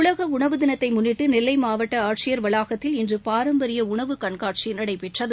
உலகஉணவு தினத்தைமுன்னிட்டுநெல்லைமாவட்டஆட்சியர் வளாகத்தில் இன்றுபாரம்பரியஉணவு கண்காட்சிநடைபெற்றது